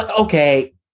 Okay